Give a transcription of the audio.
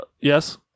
yes